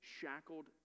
shackled